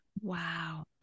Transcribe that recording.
Wow